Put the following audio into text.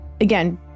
again